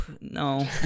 no